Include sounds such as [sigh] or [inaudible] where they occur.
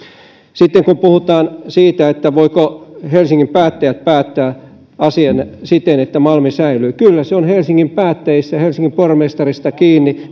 sitten kun puhutaan siitä voivatko helsingin päättäjät päättää asian siten että malmi säilyy kyllä se on helsingin päättäjistä ja helsingin pormestarista kiinni [unintelligible]